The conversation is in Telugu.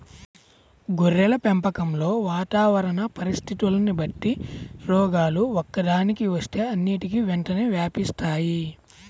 గొర్రెల పెంపకంలో వాతావరణ పరిస్థితులని బట్టి రోగాలు ఒక్కదానికి వస్తే అన్నిటికీ వెంటనే వ్యాపిస్తాయి